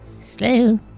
Slow